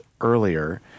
earlier –